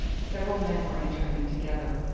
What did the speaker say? several men were entering it together,